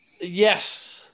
Yes